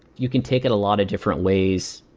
you can take it a lot of different ways,